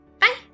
bye